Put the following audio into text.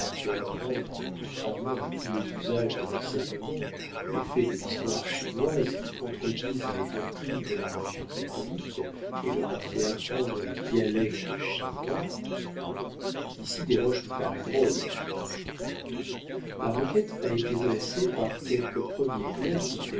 fait apprendre contrairement à tous les usages de l'enseignement les faits de l'histoire chinoise qui contredisent les doctrines de la religion catholique et leur a fait apprendre les dialectes chinois ici desroches me paraît drôle dit bianchon la requête a été dressée par quelque premier clerc qui